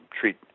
treat